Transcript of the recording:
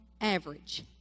average